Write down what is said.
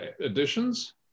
additions